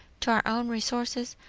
to our own resources,